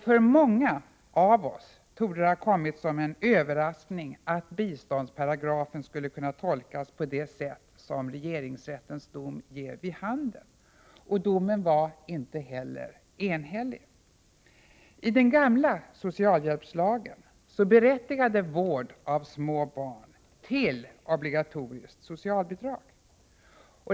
För många av oss torde det ha kommit som en överraskning att biståndsparagrafen skulle kunna tolkas på det sätt som regeringsrättens dom ger vid handen. Domen var inte heller enhällig. I den gamla socialhjälpslagen berättigade vård av små barn till obligatoriskt socialbidrag.